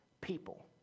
people